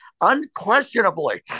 unquestionably